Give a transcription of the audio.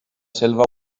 selva